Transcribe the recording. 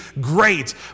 great